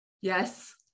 Yes